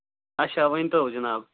اچھا ؤنۍتو جِناب